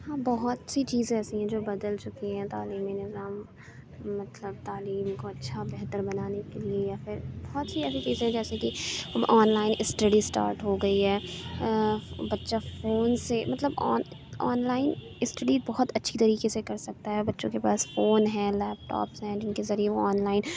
ہاں بہت سی چیزیں ایسی ہیں جو بدل چکی ہیں تعلیمی نظام مطلب تعلیم کو اچھا بہتر بنانے کے لیے یا پھر بہت سی ایسی چیزیں ہیں جیسے کہ اب آن لائن اسٹڈی اسٹارٹ ہو گئی ہے بچہ فون سے مطلب آن آن لائن اسٹڈی بہت اچھی طریقے سے کر سکتا ہے بچوں کے پاس فون ہے لیپ ٹاپس ہیں جن کے ذریعے وہ آن لائن